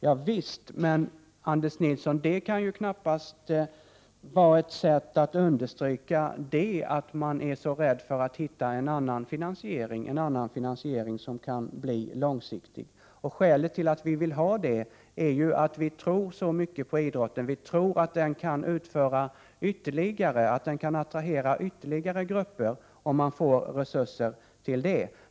Javisst, men det, Anders Nilsson, kan knappast vara ett sätt att understryka att man är så rädd att finna ett annat finansieringssätt som kan bli långsiktigt. Skälet till att vi vill ha ett sådant är just att vi tror mycket på idrotten. Vi tror att idrotten kan attrahera ytterligare grupper om man får resurser till det.